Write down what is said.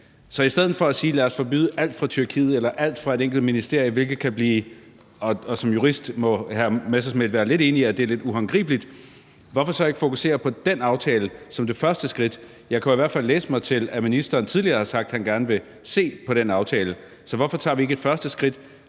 Så i stedet for at sige, at vi skal forbyde alt fra Tyrkiet eller alt fra et enkelt ministerie – som jurist må hr. Morten Messerschmidt være lidt enig i, at det er lidt uhåndgribeligt – hvorfor så ikke fokusere på den aftale som det første skridt? Jeg kunne i hvert fald læse mig til, at ministeren tidligere har sagt, at han gerne vil se på den aftale. Så hvorfor tager vi ikke et første skridt